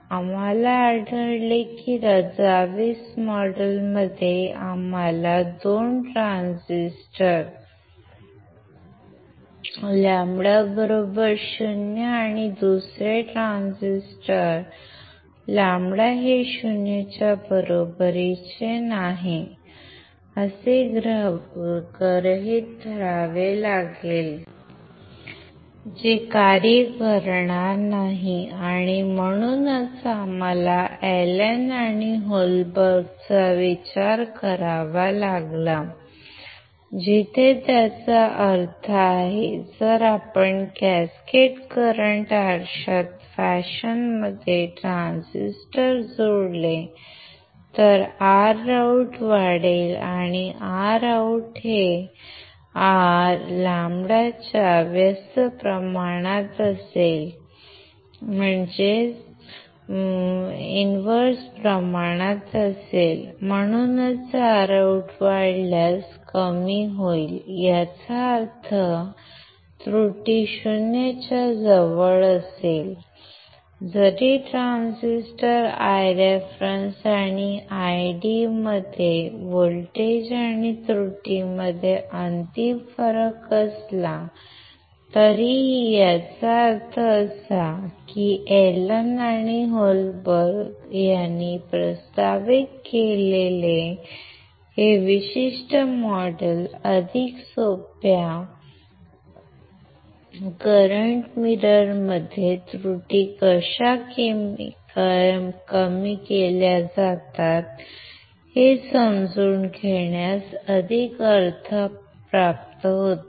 आम्हाला आढळले की रझाविस मॉडेलमध्ये आम्हाला 2 ट्रान्झिस्टर λ 0 दुसरे 2 ट्रान्झिस्टर λ हे 0 च्या बरोबरीचे नाही असे गृहीत धरावे लागले जे कार्य करणार नाही आणि म्हणूनच आम्हाला एलन आणि होलबर्गचा विचार करावा लागला जिथे त्याचा अर्थ आहे जर आपण कॅस्केड करंट आरशात फॅशनमध्ये ट्रान्झिस्टर जोडले तर ROUT वाढेल आणि ROUT हे λ च्या व्यस्त प्रमाणात असेल म्हणूनच ROUT वाढल्यास कमी होईल याचा अर्थ त्रुटी 0 च्या जवळ असेल जरी ट्रान्झिस्टर Ireference आणि Io मध्ये व्होल्टेज आणि त्रुटीमध्ये अंतिम फरक असला तरीही याचा अर्थ असा की एलन आणि होलबर्ग यांनी प्रस्तावित केलेले हे विशिष्ट मॉडेल अधिक सोप्या करंट आरशामध्ये त्रुटी कशा कमी केल्या जातात हे समजून घेण्यास अधिक अर्थ प्राप्त होतो